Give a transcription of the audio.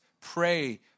Pray